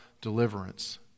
deliverance